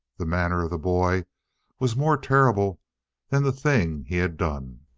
the manner of the boy was more terrible than the thing he had done.